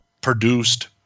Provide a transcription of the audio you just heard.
produced